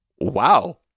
wow